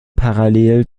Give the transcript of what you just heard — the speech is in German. parallel